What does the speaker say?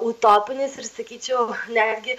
utopinis ir sakyčiau netgi